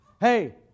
Hey